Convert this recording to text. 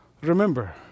Remember